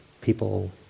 people